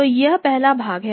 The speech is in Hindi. तो यह पहला भाग है